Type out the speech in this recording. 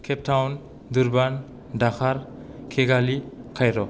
Cape Town Durban Dakar Kigali Cairo